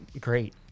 great